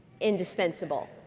indispensable